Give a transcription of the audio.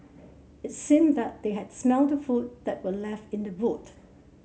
it seemed that they had smelt the food that were left in the boot